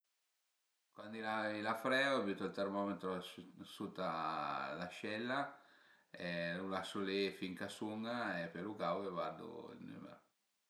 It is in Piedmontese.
Cuandi l'ai la freu bütu ël termometro sut a l'ascella e lu lasu li fin ch'a sun-a e pöi lu gavu e vardu ël nümer